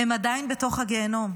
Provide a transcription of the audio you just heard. הן עדיין בתוך הגיהינום.